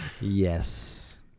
Yes